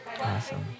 Awesome